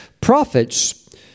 Prophets